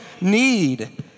need